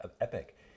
epic